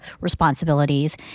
responsibilities